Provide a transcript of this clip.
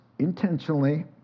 intentionally